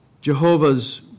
Jehovah's